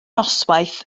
noswaith